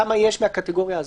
כמה יש מהקטגוריה הזאת?